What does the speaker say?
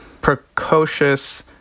precocious